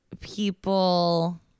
people